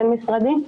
ההקצאות?